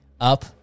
up